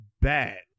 bad